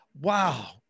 wow